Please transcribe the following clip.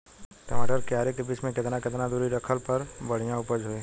टमाटर के क्यारी के बीच मे केतना केतना दूरी रखला पर बढ़िया उपज होई?